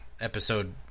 episode